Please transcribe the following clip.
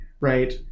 Right